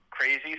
crazy